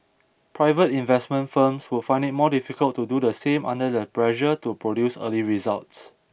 private investment firms would find it more difficult to do the same under the pressure to produce early results